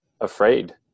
afraid